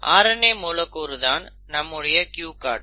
RNA மூலக்கூறு தான் நம்முடைய க்யு கார்ட்